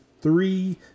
three